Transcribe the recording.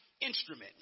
instrument